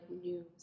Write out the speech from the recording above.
news